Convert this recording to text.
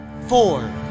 four